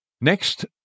Next